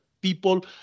people